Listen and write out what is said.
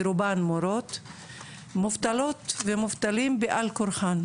רובן מורות מובטלת ומובטלים בעל כורחן,